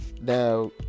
Now